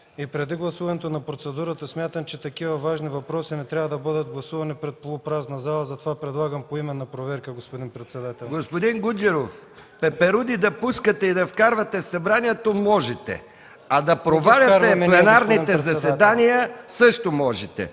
Преди гласуването на процедурата, смятам, че такива важни въпроси не трябва да бъдат гласувани от полупразна зала, затова предлагам поименна проверка, господин председател. ПРЕДСЕДАТЕЛ МИХАИЛ МИКОВ: Господин Гуджеров, пеперуди да пускате и да вкарвате в Събранието можете, а да проваляте пленарните заседания също можете.